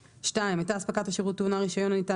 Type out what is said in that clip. (2)הייתה אספקת השירות טעונה רישיון הניתן